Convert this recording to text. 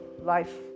life